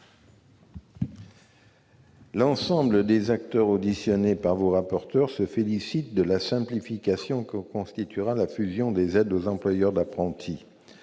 L'ensemble des acteurs auditionnés par vos rapporteurs se félicite de la simplification que constituera la fusion des aides aux employeurs d'apprentis.